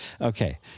Okay